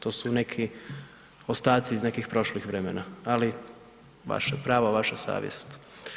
To su neki ostaci iz nekih prošlih vremena, ali vaše pravo, vaša savjest.